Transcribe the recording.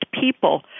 people